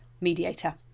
mediator